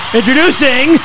introducing